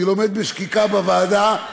אני לומד בשקיקה בוועדה,